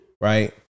right